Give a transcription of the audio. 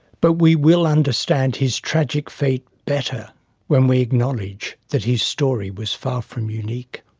but we will understand his tragic fate better when we acknowledge that his story was far from unique.